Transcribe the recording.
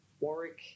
Warwick